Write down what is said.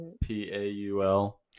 P-A-U-L